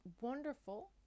wonderful